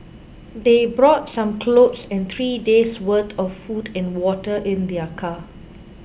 they brought some clothes and three days' worth of food and water in their car